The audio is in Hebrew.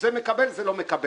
המצב הוא שזה מקבל וזה לא מקבל.